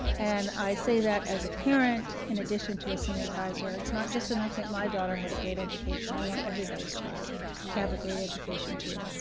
and, i say that as a parent in addition to a senior advisor. it's not just enough that my daughter had a great education, i want everybody's child to have a great education too.